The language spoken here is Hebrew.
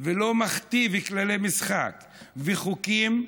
ולא מכתיב כללי משחק וחוקים,